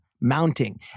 mounting